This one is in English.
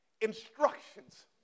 instructions